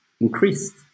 increased